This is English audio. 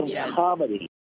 comedy